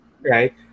right